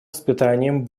испытанием